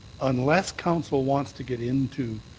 unless council wants to get into